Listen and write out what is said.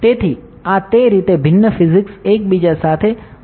તેથી આ તે રીતે ભિન્ન ફિઝિક્સ એકબીજા સાથે વાત કરશે અને એક બીજાને અસર કરશે